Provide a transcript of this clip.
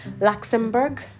luxembourg